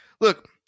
Look